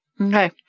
Okay